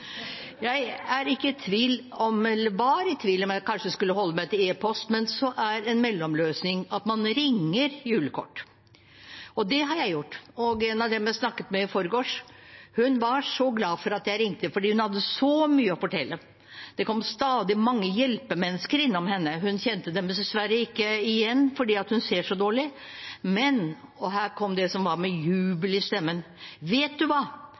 Jeg var i tvil om jeg kanskje skulle holde meg til e-post, men så er en mellomløsning at man «ringer» julekort. Det har jeg gjort, og en av dem jeg snakket med i forgårs, var så glad for at jeg ringte, for hun hadde så mye å fortelle. Det kom stadig mange hjelpemennesker innom henne. Hun kjente dem dessverre ikke igjen, for hun ser så dårlig, men – og her kom det som var sagt med jubel i stemmen: Vet du hva?